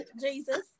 Jesus